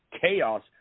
chaos